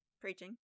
preaching